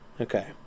okay